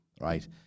right